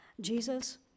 Jesus